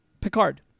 Picard